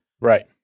Right